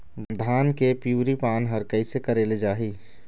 धान के पिवरी पान हर कइसे करेले जाही?